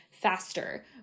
faster